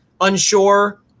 unsure